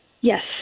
Yes